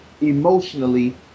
emotionally